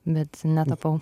bet netapau